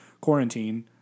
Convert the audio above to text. quarantine